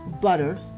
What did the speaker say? butter